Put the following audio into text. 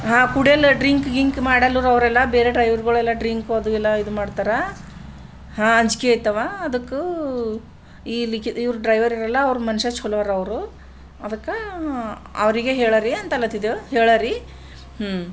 ಹಾಂ ಕುಡಿಯಲ್ಲ ಡ್ರಿಂಕ್ ಗಿಂಕ್ ಮಾಡಲ್ಲರು ಅವರೆಲ್ಲ ಬೇರೆ ಡ್ರೈವರ್ಗಳೆಲ್ಲ ಡ್ರಿಂಕ್ ಅದು ಎಲ್ಲ ಇದು ಮಾಡ್ತಾರಾ ಹಾಂ ಅಂಜಿಕೆ ಆಯ್ತವ ಅದಕ್ಕೂ ಈ ಲಿಕಿ ಇವ್ರು ಡ್ರೈವರ್ ಇರಲ್ಲ ಅವ್ರು ಮನುಷ್ಯ ಚಲೋ ಅವ್ರಾ ಅವರು ಅದಕ್ಕೆ ಅವರಿಗೆ ಹೇಳೋರೀ ಅಂತಲಿದ್ದೆವು ಹೇಳೋರೀ ಹ್ಞೂ